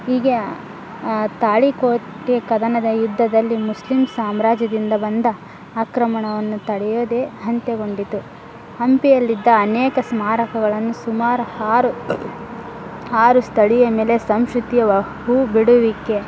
ಹೀಗೆ ತಾಳಿಕೋಟೆ ಕದನದ ಯುದ್ಧದಲ್ಲಿ ಮುಸ್ಲಿಮ್ ಸಾಮ್ರಾಜ್ಯದಿಂದ ಬಂದ ಆಕ್ರಮಣವನ್ನು ತಡೆಯದೇ ಅಂತ್ಯಗೊಂಡಿತು ಹಂಪಿಯಲ್ಲಿದ್ದ ಅನೇಕ ಸ್ಮಾರಕಗಳನ್ನು ಸುಮಾರು ಹಾರ್ ಆರು ಸ್ಥಳೀಯ ನೆಲೆಯ ಸಂಶುತ್ಯವ ಹೂ ಬಿಡುವಿಕೆ